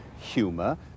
humour